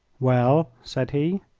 well, said he,